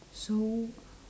so